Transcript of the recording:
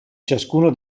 ciascuno